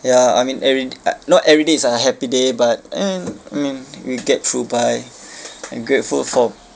ya I mean every uh not everyday is happy day but I mean I mean we get through by I'm grateful for